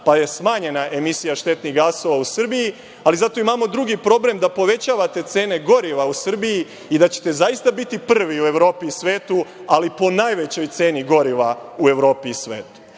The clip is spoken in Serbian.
pa je smanjena emisija štetnih gasova u Srbiji, ali zato imamo drugi problem da povećavate cene goriva u Srbiji i bićete prvi u Evropi i svetu, ali po najvećoj ceni goriva u Evropi i svetu.